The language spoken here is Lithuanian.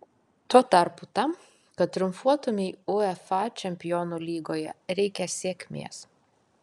tuo tarpu tam kad triumfuotumei uefa čempionų lygoje reikia sėkmės